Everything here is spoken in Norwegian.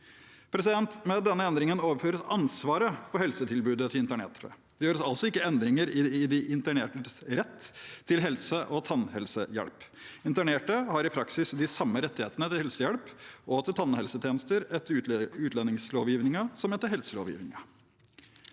Med denne endringen overføres ansvaret for helsetilbudet til internerte. Det gjøres altså ikke endringer i de internertes rett til helse- og tannhelsehjelp. Internerte har i praksis de samme rettighetene til helsehjelp og til tannhelsetjenester etter utlendingslovgivningen som etter helselovgivningen.